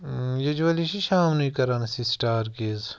یوٗجؤلی چھِ شامنٕے کَران أسۍ یہِ سِٹار گیز